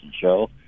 Show